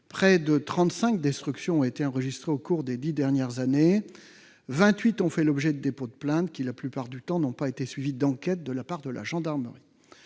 trente-cinq destructions ont été enregistrées au cours des dix dernières années ; vingt-huit ont fait l'objet de dépôts de plainte, qui, la plupart du temps, n'ont pas été suivis d'enquête de la part de la gendarmerie